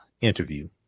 interview